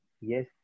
yes